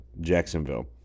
Jacksonville